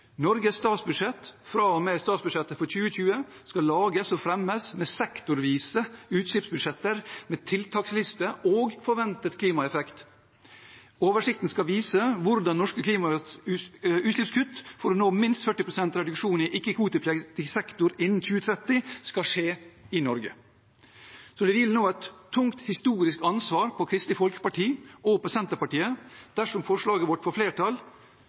Norges statsbudsjett fra og med statsbudsjettet for 2020 skal lages og fremmes med sektorvise utslippsbudsjetter, med tiltaksliste og forventet klimaeffekt. Oversikten skal vise hvordan norske utslippskutt for å nå minst 40 pst. reduksjon i ikke-kvotepliktig sektor innen 2030, skal skje i Norge.» Det hviler nå et tungt historisk ansvar på Kristelig Folkeparti og Senterpartiet. Dersom forslaget vårt får flertall,